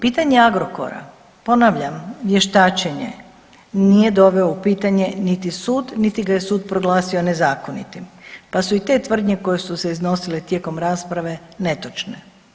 Pitanje Agrokora, ponavljam, vještačenje nije doveo u pitanje niti sud niti ga je sud proglasio nezakonitim pa su i te tvrdnje koje su se iznosile tijekom rasprave netočne.